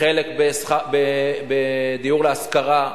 חלק בדיור להשכרה,